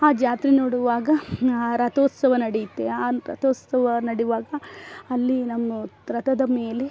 ಆ ಜಾತ್ರೆ ನೋಡುವಾಗ ರಥೋತ್ಸವ ನಡೆಯುತ್ತೆ ಆ ರಥೋತ್ಸವ ನಡೆವಾಗ ಅಲ್ಲಿ ನಮ್ಮ ರಥದ ಮೇಲೆ